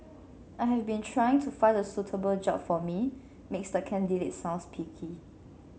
I've been trying to find the suitable job for me makes the candidate sound picky